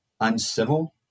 uncivil